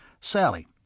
Sally